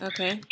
Okay